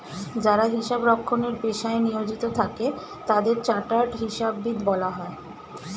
যারা হিসাব রক্ষণের পেশায় নিয়োজিত থাকে তাদের চার্টার্ড হিসাববিদ বলা হয়